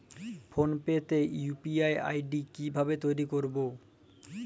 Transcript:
Phone pay তে UPI ID কি ভাবে তৈরি করবো?